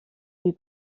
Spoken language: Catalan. qui